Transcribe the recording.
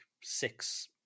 six